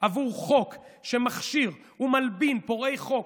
עבור חוק שמכשיר ומלבין פורעי חוק.